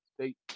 State